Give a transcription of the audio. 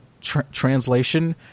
translation